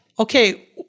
Okay